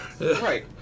right